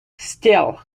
still